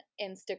Instagram